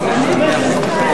אטומית,